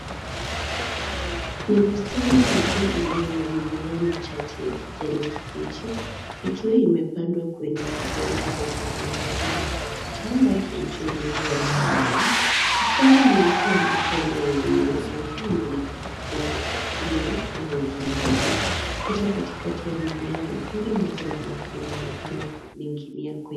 Ni bustani ndogo iliyo na mimea michache ya kijani kibichi ikiwa imepandwa kwenye udongo wenye unyevu ndani ya kitanda kilichoinuliwa cha mbao. Mstari mweusi wa matone yenye maji unaonekana kuwa na mfumo wa umwagiliaji kupita katikati ya mimea na tone moja la maji linaonekana kuning'inia kwenye.